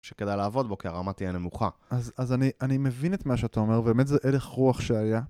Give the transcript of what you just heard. שכדאי לעבוד בו, כי הרמה תהיה נמוכה. אז אני מבין את מה שאתה אומר, ובאמת זה הלך רוח שהיה.